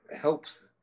helps